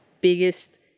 biggest